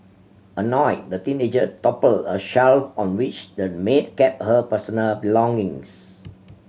annoyed the teenager toppled a shelf on which the maid kept her personal belongings